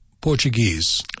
Portuguese